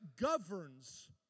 governs